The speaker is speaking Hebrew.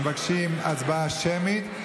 הם מבקשים הצבעה שמית,